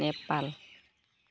Nepal